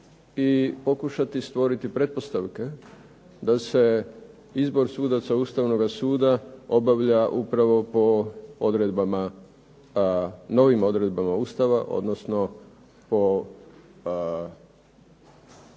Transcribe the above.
i pokušati stvoriti pretpostavke da se izbor sudaca ustavnoga suda obavlja upravo po odredbama, novim odredbama Ustava, odnosno po